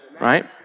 right